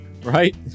right